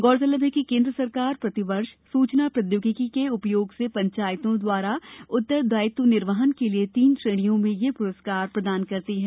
गौरतलब है कि केन्द्र सरकार प्रति वर्ष सूचना प्रोद्योगिकी के उपयोग से पंचायतो द्वारा उत्तरदायित्व निर्वहन के लिए तीन श्रेणियों में ये पुरस्कार प्रदान करती हैं